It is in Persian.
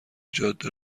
جاده